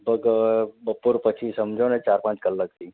લગભગ બપોર પછી સમજો ને ચાર પાંચ કલાકથી